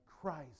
Christ